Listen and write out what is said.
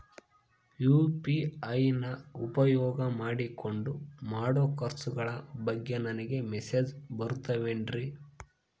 UPI ನ ಉಪಯೋಗ ಮಾಡಿಕೊಂಡು ಮಾಡೋ ಖರ್ಚುಗಳ ಬಗ್ಗೆ ನನಗೆ ಮೆಸೇಜ್ ಬರುತ್ತಾವೇನ್ರಿ?